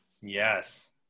Yes